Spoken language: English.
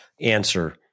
answer